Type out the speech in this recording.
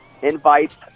invites